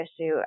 issue